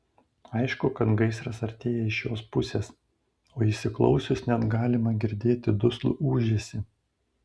aišku kad gaisras artėja iš šios pusės o įsiklausius net galima girdėti duslų ūžesį